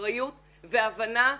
אחריות והבנה,